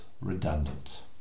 redundant